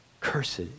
Cursed